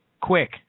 Quick